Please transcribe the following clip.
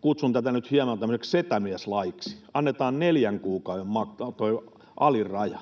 kutsun tätä nyt hieman tämmöiseksi setämieslaiksi — annetaan neljän kuukauden alin raja.